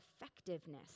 effectiveness